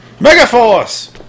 Megaforce